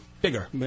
bigger